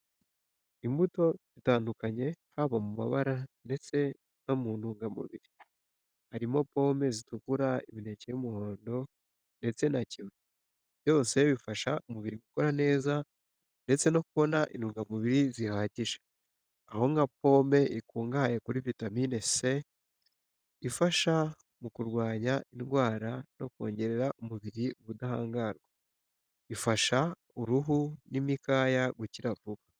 Imbuto zitandukanye haba mu mabara ndetse no muntungamubiri, harimo pomme zitukura, imineke y'umuhondo ndetse na kiwi, byose bifasha umubiri gukora neza ndetse no kubona intungamubiri zihagije, aho nka pomme ikungahaye kuri vitamine C, ifasha mu kurwanya indwara no kongerera umubiri ubudahangarwa. Ifasha uruhu n’imikaya gukira vuba.